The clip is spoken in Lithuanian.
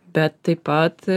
bet taip pat